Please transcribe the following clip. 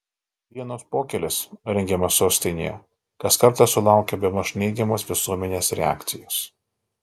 vienos pokylis rengiamas sostinėje kas kartą sulaukia bemaž neigiamos visuomenės reakcijos